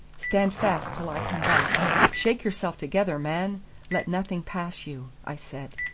stand fast till i come back shake yourself together, man let nothing pass you, i said.